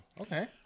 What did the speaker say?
Okay